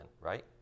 right